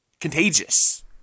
contagious